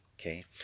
okay